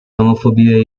homophobia